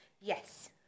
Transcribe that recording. Yes